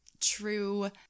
true